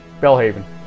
Bellhaven